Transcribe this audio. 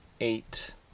eight